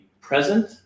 present